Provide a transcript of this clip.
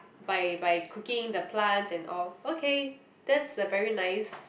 by by cooking the plants and all okay that's a very nice